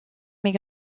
mais